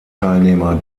teilnehmer